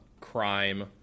crime